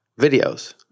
Videos